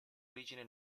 origine